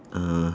uh